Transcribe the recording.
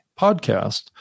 podcast